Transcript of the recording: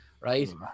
right